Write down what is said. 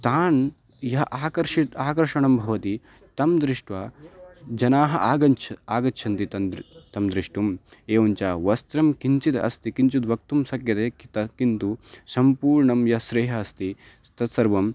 तान् यः आकर्षितः आकर्षणं भवति तं दृष्ट्वा जनाः आगत्य आगच्छन्ति तं द्र् तं द्रष्टुम् एवं च वस्त्रं किञ्चिद् अस्ति किञ्चिद् वक्तुं शक्यते तत् किन्तु सम्पूर्णं श्रेयः अस्ति तत्सर्वम्